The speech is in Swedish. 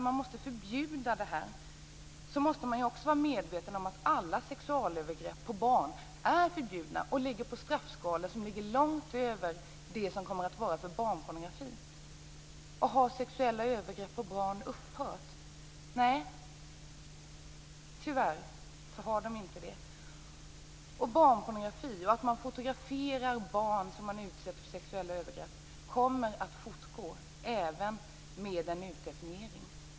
Man måste dock vara medveten om att alla sexualövergrepp på barn redan är förbjudna och har straffskalor som ligger långt över vad som kommer att gälla för barnpornografi. Har då sexuella övergrepp på barn upphört? Nej, tyvärr har de inte gjort det. Barnpornografi och fotografering av barn som utsätts för sexuella övergrepp kommer att fortgå även efter en omdefiniering.